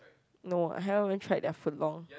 no I haven't really tried that foot long